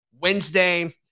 Wednesday